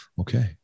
Okay